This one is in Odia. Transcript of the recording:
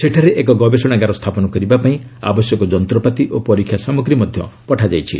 ସେଠାରେ ଏକ ଗବେଷଣାଗାର ସ୍ଥାପନ କରିବାପାଇଁ ଆବଶ୍ୟକ ଯନ୍ତ୍ରପାତି ଓ ପରୀକ୍ଷା ସାମଗ୍ରୀ ମଧ୍ୟ ପଠାଯାଇଛି